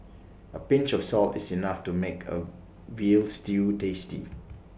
A pinch of salt is enough to make A Veal Stew tasty